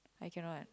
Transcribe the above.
I cannot